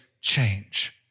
change